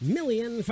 million